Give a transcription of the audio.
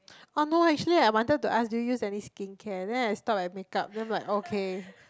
oh no actually I wanted to ask do you use any skincare then I stopped at makeup then I'm like okay